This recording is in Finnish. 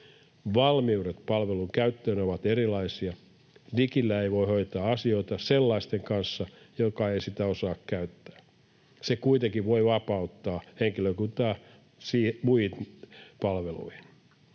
Valmiudet palvelun käyttöön ovat erilaisia. Digillä ei voi hoitaa asioita sellaisten kanssa, jotka eivät sitä osaa käyttää. Se kuitenkin voi vapauttaa henkilökuntaa muihin palveluihin.